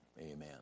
amen